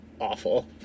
awful